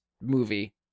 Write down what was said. movie